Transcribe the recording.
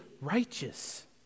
righteous